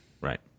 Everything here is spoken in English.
Right